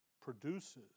produces